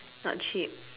not cheap